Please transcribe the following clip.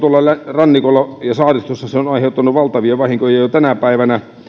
rannikolla ja saaristossa aiheuttanut valtavia vahinkoja jo tänä päivänä